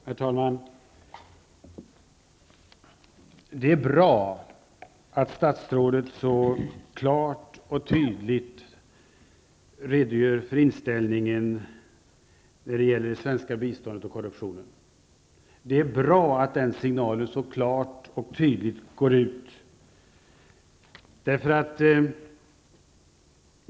Herr talman! Det är bra att statsrådet så klart och tydligt redogör för inställningen när det gäller det svenska biståndet och korruptionen. Det är bra att den signalen går ut så klart och tydligt.